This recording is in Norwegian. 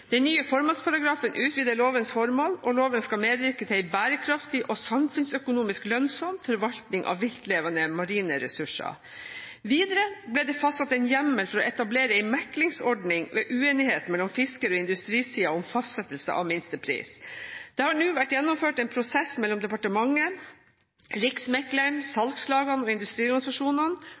Den nye formålsparagrafen utvider lovens formål, og loven skal medvirke til en bærekraftig og samfunnsøkonomisk lønnsom forvaltning av viltlevende marine ressurser. Videre ble det fastsatt hjemmel for å etablere en meklingsordning ved uenighet mellom fisker- og industrisiden om fastsettelse av minstepris. Det har nå vært gjennomført en prosess mellom departementet, Riksmekleren, salgslagene og industriorganisasjonene